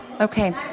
Okay